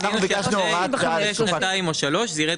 אנחנו ביקשנו שאחרי שנתיים או שלוש זה יירד